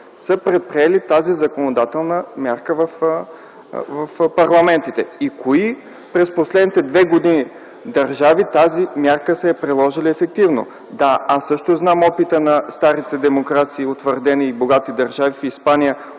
са предприели тази законодателна мярка в парламентите и кои държави през последните две години са приложили тази мярка ефективно? Да, аз също знам опита на старите демокрации, утвърдени и богати държави. В Испания